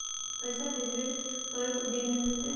पैसवा भेजे पर को दिन मे मिलतय?